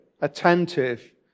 attentive